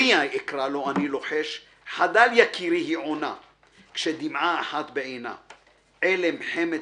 אני לוחש/ חדל יקירי היא עונה/ כשדמעה אחת בעינה// עלם חמד